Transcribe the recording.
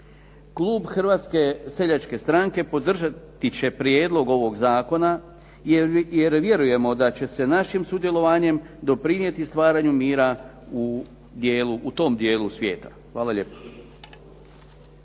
Klub Hrvatske seljačke stranke podržat će prijedlog ovog zakona jer vjerujemo da će se našim sudjelovanjem doprinijeti stvaranju mira u tom dijelu svijeta. Hvala lijepa.